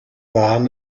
waren